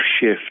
shift